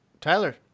Tyler